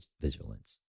vigilance